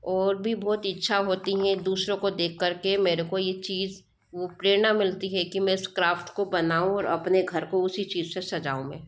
और भी बहुत इच्छा होती हैं दूसरो को देख कर के मेरे को ये चीज़ वो प्रेरणा मिलती है कि मैं इस क्राफ्ट को बनाऊँ और अपने घर को उसी चीज़ से सजाऊँ मैं